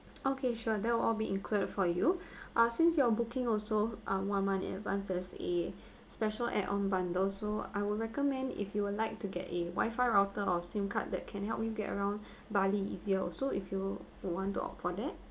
okay sure that will all be included for you ah since you are booking also um one month in advance there's a special add on bundle so I would recommend if you would like to get a wifi router or SIM card that can help me get around bali easier so if you want to opt for that